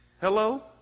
Hello